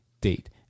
date